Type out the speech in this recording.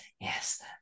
Yes